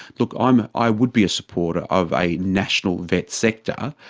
look, um ah i would be a supporter of a national vet sector,